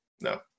No